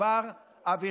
חברת הכנסת תומא סלימאן,